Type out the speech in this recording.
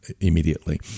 immediately